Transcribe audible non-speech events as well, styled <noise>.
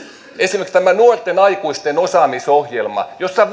esimerkiksi tämä nuorten aikuisten osaamisohjelma jossa <unintelligible>